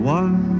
one